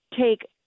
take